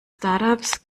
startups